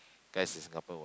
guys in Singapore will like